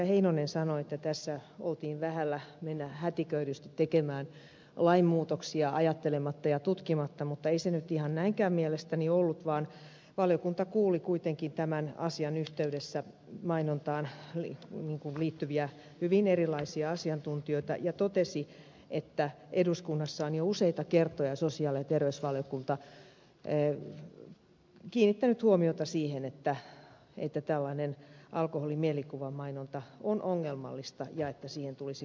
heinonen sanoi että tässä oltiin vähällä mennä hätiköidysti tekemään lainmuutoksia ajattelematta ja tutkimatta mutta ei se nyt ihan näinkään mielestäni ollut vaan valiokunta kuuli kuitenkin tämän asian yhteydessä mainontaan liittyviä hyvin erilaisia asiantuntijoita ja totesi että eduskunnassa on jo useita kertoja sosiaali ja terveysvaliokunta kiinnittänyt huomiota siihen että tällainen alkoholimielikuvamainonta on ongelmallista ja että siihen tulisi puuttua